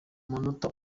munota